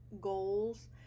goals